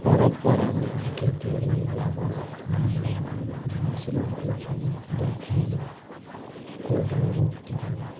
परम्परामा खेतीहरू लाएको हामीले मसिनोहरू थियौँ देख्थ्यौँ कोदो रोप्थ्यौँ